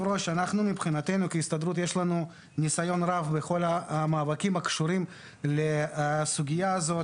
מבחינתנו כהסתדרות יש לנו ניסיון רב בכל המאבקים הקשורים לסוגייה הזאת.